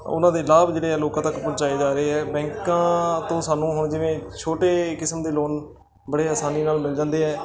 ਉਹਨਾਂ ਦੇ ਲਾਭ ਜਿਹੜੇ ਆ ਲੋਕਾਂ ਤੱਕ ਪਹੁੰਚਾਏ ਜਾ ਰਹੇ ਆ ਬੈਂਕਾਂ ਤੋਂ ਸਾਨੂੰ ਹੁਣ ਜਿਵੇਂ ਛੋਟੇ ਕਿਸਮ ਦੇ ਲੋਨ ਬੜੇ ਆਸਾਨੀ ਨਾਲ ਮਿਲ ਜਾਂਦੇ ਹੈ